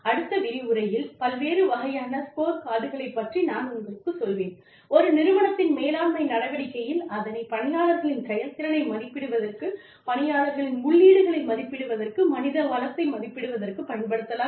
அடுத்த விரிவுரையில் பல்வேறு வகையான ஸ்கோர்கார்ட்களைப் பற்றி நான் உங்களுக்குச் சொல்வேன் ஒரு நிறுவனத்தின் மேலாண்மை நடவடிக்கையில் அதனை பணியாளர்களின் செயல்திறனை மதிப்பிடுவதற்கு பணியாளர்களின் உள்ளீடுகளை மதிப்பிடுவதற்கு மனித வளத்தை மதிப்பிடுவதற்கு பயன்படுத்தலாம்